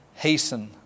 Hasten